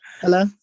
Hello